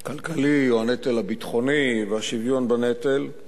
הכלכלי או הנטל הביטחוני, והשוויון בנטל,